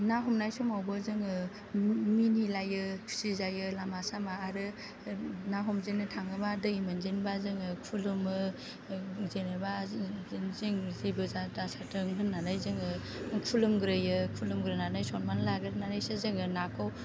ना हमनाय समावबो जोङो मिनिलायो खुसि जायो लामा सामा आरो ना हमजेननो थाङोबा दै मोनजेनबा जोङो खुलुमो जेनोबा जों जों जेबो दाजाथों होन्नानै जोङो खुलुमग्रोयो खुलुमग्रोनानै सन्मान लाग्रोनानैसो जोङो नाखौ